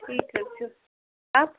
ٹھیٖک حظ چھُ آ